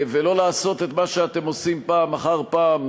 ולא לעשות את מה שאתם עושים פעם אחר פעם,